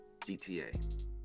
GTA